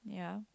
ya